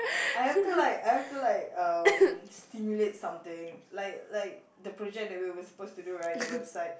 I have to like I have to like um stimulate something like like the project that we were supposed to do right the website